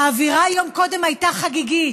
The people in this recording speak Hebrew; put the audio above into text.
האווירה יום קודם הייתה חגיגית,